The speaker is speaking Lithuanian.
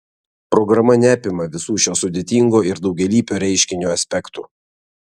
programa neapima visų šio sudėtingo ir daugialypio reiškinio aspektų